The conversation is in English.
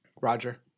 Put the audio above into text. roger